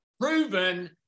proven